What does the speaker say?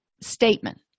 statement